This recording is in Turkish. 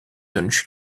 dönüş